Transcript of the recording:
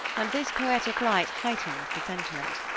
and this poetic light heightened the sentiment.